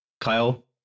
Kyle